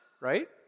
right